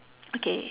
okay